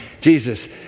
Jesus